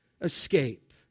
Escape